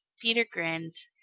peter grinned.